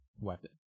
weapon